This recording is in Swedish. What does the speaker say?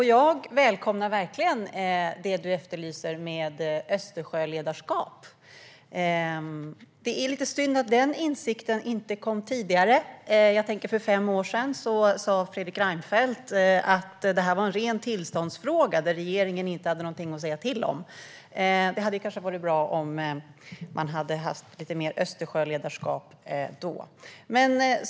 Jag välkomnar det du efterlyser vad gäller Östersjöledarskap. Det är synd att den insikten inte kom tidigare. För fem år sedan sa Fredrik Reinfeldt att detta var en ren tillståndsfråga och att regeringen inte hade något att säga till om. Det hade varit bra om man hade haft lite mer Östersjöledarskap då.